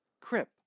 Crip